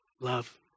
Love